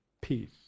peace